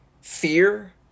fear